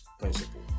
principle